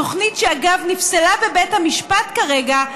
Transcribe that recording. תוכנית שאגב נפסלה בבית המשפט כרגע,